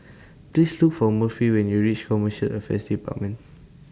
Please Look For Murphy when YOU REACH Commercial Affairs department